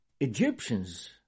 Egyptians